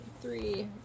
three